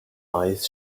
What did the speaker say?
eyes